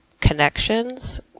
connections